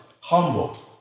humble